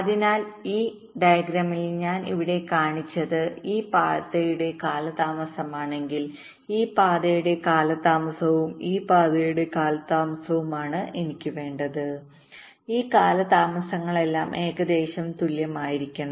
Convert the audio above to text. അതിനാൽ ഈ ഡയഗ്രാമിൽ ഞാൻ ഇവിടെ കാണിച്ചത് ഈ പാതയുടെ കാലതാമസമാണെങ്കിൽ ഈ പാതയുടെ കാലതാമസവും ഈ പാതയുടെ കാലതാമസവുമാണ് എനിക്ക് വേണ്ടത് ഈ കാലതാമസങ്ങളെല്ലാം ഏകദേശം തുല്യമായിരിക്കണം